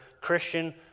Christian